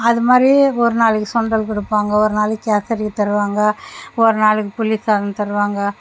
அது மாதிரி ஒரு நாளைக்கு சுண்டல் கொடுப்பாங்க ஒரு நாளைக்கு அசரி தருவாங்க ஒரு நாளைக்கு புளிசாதம் தருவாங்க